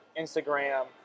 Instagram